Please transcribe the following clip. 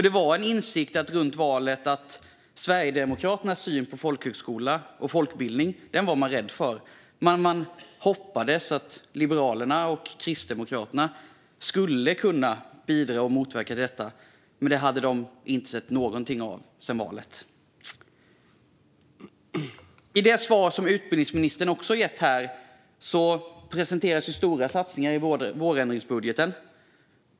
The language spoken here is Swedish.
Det var ju en insikt vid tiden för valet att man var rädd för Sverigedemokraternas syn på folkhögskola och folkbildning, och man hoppades att Liberalerna och Kristdemokraterna skulle kunna motverka detta. Men sedan valet hade man inte sett något av detta. I det svar som utbildningsministern har gett här presenteras stora satsningar i vårändringsbudgeten.